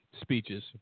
speeches